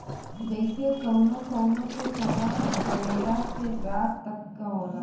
जइसे कउनो कउनो के समय सबेरा से रात तक क होला